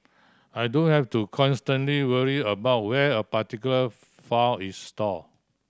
I don't have to constantly worry about where a particular file is stored